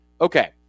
Okay